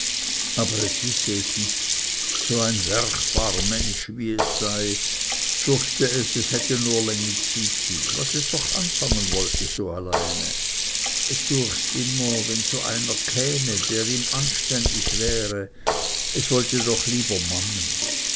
aber es wisse es nicht so ein werchbar mensch wie es sei fürchte es es hätte nur längizyti was es doch anfangen wollte so alleine es düechs immer wenn so einer käme der ihm anständig wäre es wollte noch lieber mannen